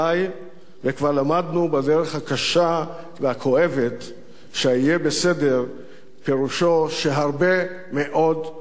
וכבר למדנו בדרך הקשה והכואבת שה"יהיה בסדר" פירושו שהרבה מאוד לא בסדר.